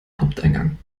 haupteingang